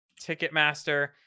Ticketmaster